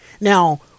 Now